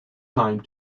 time